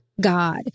God